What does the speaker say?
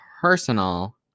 personal